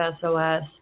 SOS